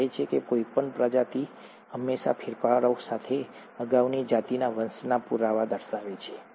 તે કહે છે કે કોઈપણ પ્રજાતિ હંમેશા ફેરફારો સાથે અગાઉની જાતિના વંશના પુરાવા દર્શાવે છે